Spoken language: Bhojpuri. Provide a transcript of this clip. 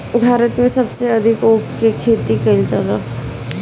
भारत में सबसे अधिका ऊख के खेती कईल जाला